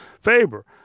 Faber